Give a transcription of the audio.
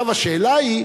השאלה היא,